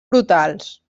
brutals